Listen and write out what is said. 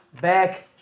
back